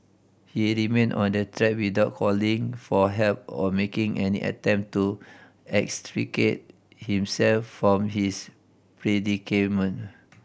he remained on the track without calling for help or making any attempt to extricate himself from his predicament